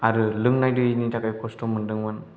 आरो लोंनाय दैनि थाखाय खस्थ' मोनदोंमोन